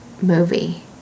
movie